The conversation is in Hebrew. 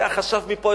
היה חשב מפה,